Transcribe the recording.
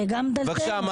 מה הקשר?